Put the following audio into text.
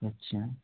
अच्छा